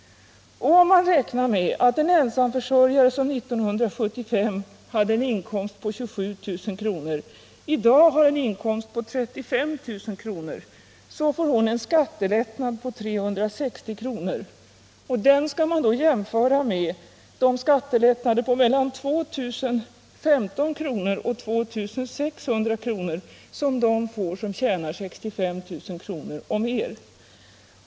Om man räknar med att en ensamförsörjare som 1975 hade en inkomst på 27 000 kr. i dag har en inkomst på 35 000 kr., så får hon en skattelättnad på 360 kr. Den skall man då jämföra med de skattelättnader på mellan 2015 kr. och 2600 kr. som de får som tjänar 65 000 kr. och mer.